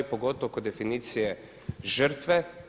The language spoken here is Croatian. Pogotovo kod definicije žrtve.